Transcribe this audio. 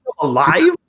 alive